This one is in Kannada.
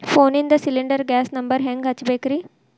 ಫೋನಿಂದ ಸಿಲಿಂಡರ್ ಗ್ಯಾಸ್ ನಂಬರ್ ಹೆಂಗ್ ಹಚ್ಚ ಬೇಕ್ರಿ?